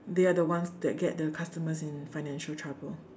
they are the ones that get the customers in financial trouble